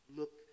look